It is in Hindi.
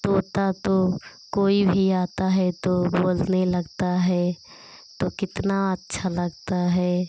तोता तो कोई भी आता है तो वह बोलने लगता है तो कितना अच्छा लगता है